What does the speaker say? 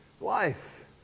life